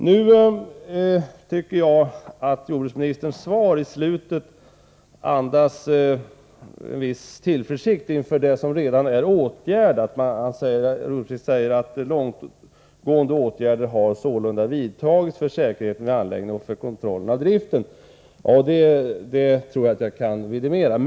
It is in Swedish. Nu tycker jag att slutet av jordbruksministerns svar andas en viss tillförsikt inför det som redan är åtgärdat. Jordbruksministern säger: ”Långtgående åtgärder har sålunda vidtagits för säkerheten vid anläggningen och för kontrollen av driften.” Jag tror att jag kan vidimera det.